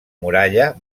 muralla